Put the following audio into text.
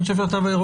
אני חושב שהרציונל,